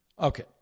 Okay